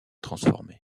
transformés